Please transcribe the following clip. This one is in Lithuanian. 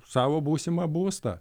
savo būsimą būstą